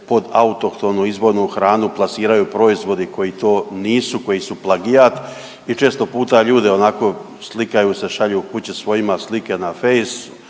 poda autohtonu izvornu hranu plasiraju proizvodi koji to nisu, koji su plagijat i često puta ljude onako slikaju se šalju kuće svojima slike na Face